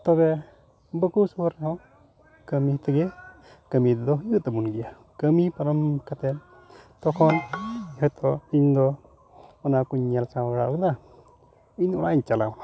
ᱛᱚᱵᱮ ᱵᱟᱠᱚ ᱥᱳᱨᱳᱜ ᱨᱮᱦᱚ ᱠᱟᱹᱢᱤ ᱛᱮᱜᱮ ᱠᱟᱹᱢᱤ ᱫᱚ ᱦᱩᱭᱩᱜ ᱛᱟᱵᱚᱱ ᱜᱮᱭᱟ ᱠᱟᱹᱢᱤ ᱯᱟᱨᱚᱢ ᱠᱟᱛᱮᱫ ᱛᱚᱠᱷᱚᱱ ᱦᱳᱭᱛᱳ ᱤᱧ ᱫᱚ ᱚᱱᱟᱠᱩᱧ ᱧᱮᱞ ᱥᱟᱢᱲᱟᱣ ᱜᱚᱫᱟ ᱤᱧ ᱚᱲᱟᱜ ᱤᱧ ᱪᱟᱞᱟᱣᱼᱟ